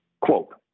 Quote